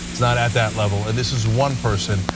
is not at that level and this is one person,